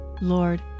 Lord